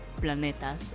planetas